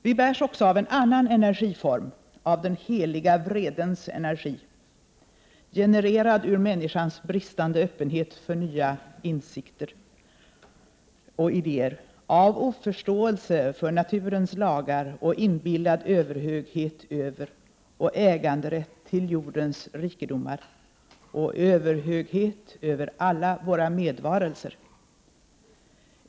Vi bärs också av en annan energiform, av den heliga vredens energi, genererad ur människans bristande öppenhet för nya insikter och idéer, av oförståelse för naturens lagar och inbillad överhöghet över och äganderätt till jordens rikedomar och överhöghet över alla våra medvarelser.